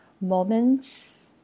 moments